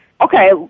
Okay